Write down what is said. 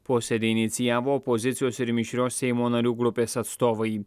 posėdį inicijavo opozicijos ir mišrios seimo narių grupės atstovai